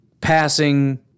passing